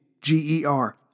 G-E-R